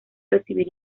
recibir